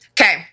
Okay